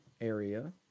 area